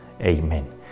Amen